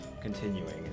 continuing